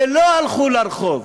ולא הלכו לרחוב,